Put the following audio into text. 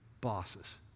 bosses